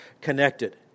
connected